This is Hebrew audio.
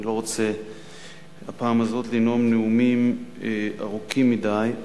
ואני לא רוצה הפעם הזאת לנאום נאומים ארוכים מדי.